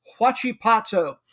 Huachipato